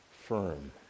firm